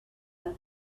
with